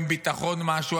עם ביטחון משהו,